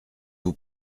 vous